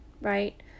right